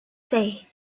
say